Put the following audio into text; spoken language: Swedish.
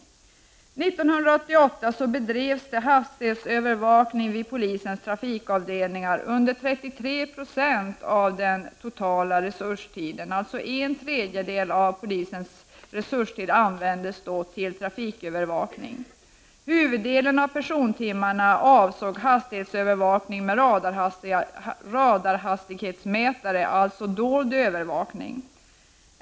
1988 bedrevs hastighetsövervakning vid polisens trafikavdelningar under 33 90 av den totala resurstiden. En tredjedel av polisens resurstid användes alltså då till trafikövervakning. Huvuddelen av persontimmarna avsåg hastighetsövervakning med radarhastighetsmätare, alltså dold övervakning.